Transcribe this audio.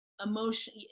emotion